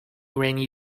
rainy